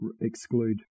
exclude